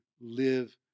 live